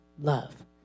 love